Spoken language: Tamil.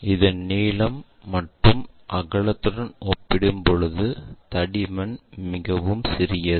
அதன் நீளம் அல்லது அகலத்துடன் ஒப்பிடும்போது தடிமன் மிகவும் சிறியது